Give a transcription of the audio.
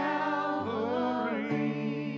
Calvary